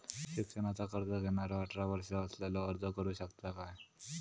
शिक्षणाचा कर्ज घेणारो अठरा वर्ष असलेलो अर्ज करू शकता काय?